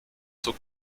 zur